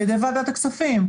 על ידי ועדת הכספים.